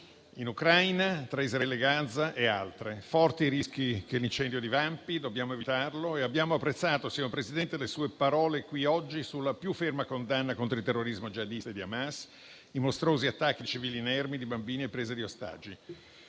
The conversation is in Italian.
in Ucraina, tra Israele e Gaza e altrove. Ci sono forti rischi che l'incendio divampi e dobbiamo evitarlo. Abbiamo apprezzato, signor Presidente, le sue parole qui oggi sulla più ferma condanna contro il terrorismo jihadista di Hamas, i mostruosi attacchi nei confronti di civili inermi e bambini e la presa di ostaggi.